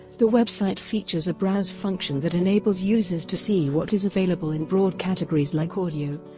the website features a browse function that enables users to see what is available in broad categories like audio,